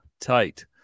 tight